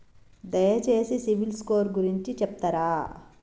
దయచేసి సిబిల్ స్కోర్ గురించి చెప్తరా?